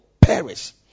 perish